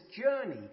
journey